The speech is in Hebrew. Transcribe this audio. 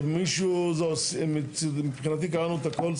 מישהו, מבחינתי קראנו את הכל.